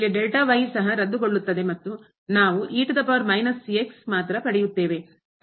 ಇಲ್ಲಿ ಸಹ ರದ್ದುಗೊಳ್ಳುತ್ತದೆ ಮತ್ತು ನಾವು ಮಾತ್ರ ಪಡೆಯುತ್ತೇವೆ